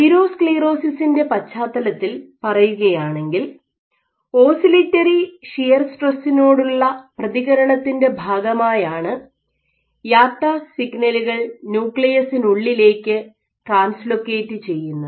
അതിറോസ്ക്ളിറോസിസിൻ്റെ പശ്ചാത്തലത്തിൽ പറയുകയാണെങ്കിൽ oscillatory shear സ്ട്രെസ്സിനോടുള്ള പ്രതികരണത്തിൻ്റെ ഭാഗമായാണ് യാപ് ടാസ് YAPTAZ സിഗ്നലുകൾ ന്യൂക്ലിയസിനുള്ളിലേക്ക് ട്രാൻസ്ലോക്കറ്റ് ചെയ്യുന്നത്